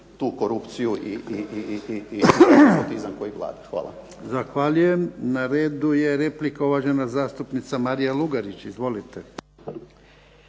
**Jarnjak, Ivan (HDZ)** Zahvaljujem. Na redu je replika, uvažena zastupnica Marija Lugarić. Izvolite.